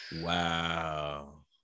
Wow